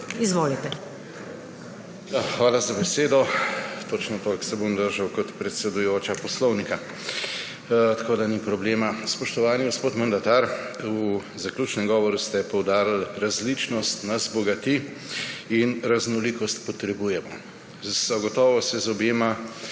(PS SDS): Hvala za besedo. Točno toliko se bom držal poslovnika kot predsedujoča, tako da ni problema. Spoštovani gospod mandatar, v zaključnem govoru ste poudarili, različnost nas bogati in raznolikost potrebujemo. Zagotovo se z obema